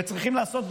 וצריכים לעשות,